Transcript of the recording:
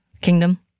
kingdom